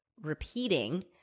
repeating